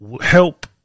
help